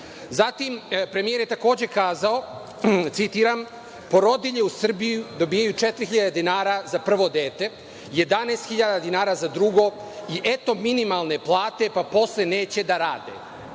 drugog? Zatim, premijer je takođe kazao citiram: „Porodilje u Srbiji dobijaju 4.000 dinara za prvo dete, 11.000 dinara za drugo i eto, minimalne plate, pa posle neće da rade“.